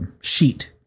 sheet